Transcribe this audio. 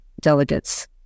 delegates